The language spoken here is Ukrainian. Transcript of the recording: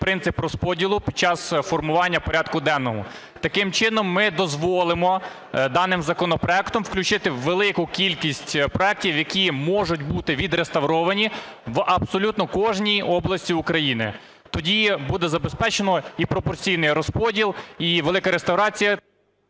принцип розподілу під час формування порядку денного. Таким чином ми дозволимо даним законопроектом включити велику кількість проектів, які можуть бути відреставровані в абсолютно кожній області України. Тоді буде забезпечено і пропорційний розподіл, і велика реставрація...